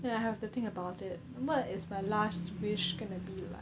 then I have to think about it what is my last wish going to be like